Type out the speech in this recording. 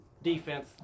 Defense